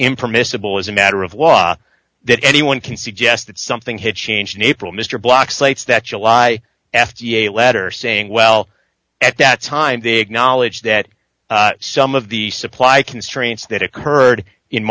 impermissible as a matter of wa that anyone can suggest that something had changed in april mr block slate's that july f d a letter saying well at that time they acknowledged that some of the supply constraints that occurred in